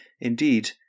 Indeed